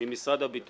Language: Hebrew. עם משרד הביטחון,